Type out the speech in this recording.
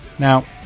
Now